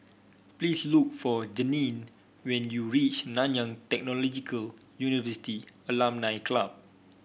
please look for Jeannine when you reach Nanyang Technological University Alumni Club